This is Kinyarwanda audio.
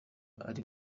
ari